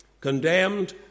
condemned